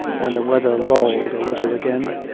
when the weather lulled a little again,